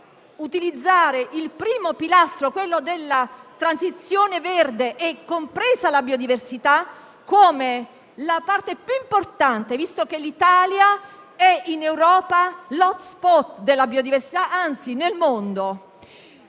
utilizzare il primo pilastro, quello della transizione verde, compresa la biodiversità, come la parte più importante, visto che l'Italia è l*'hotspot* della biodiversità nel mondo.